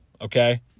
Okay